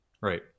Right